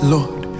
Lord